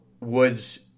Woods